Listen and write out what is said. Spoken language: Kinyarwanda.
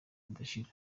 ridashira